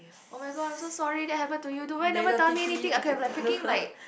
oh-my-god I'm so sorry that happened to you do why never tell me anything I could have freaking like